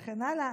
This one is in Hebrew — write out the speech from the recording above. וכן הלאה.